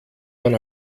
man